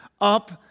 up